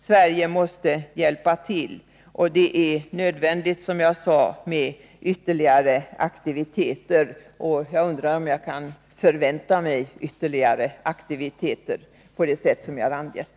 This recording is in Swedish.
Sverige måste hjälpa till därvidlag, och det är, som jag sade, nödvändigt med ytterligare aktiviteter. Jag undrar om jag kan förvänta mig ytterligare aktiviteter på det sätt som jag har angett.